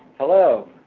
hello.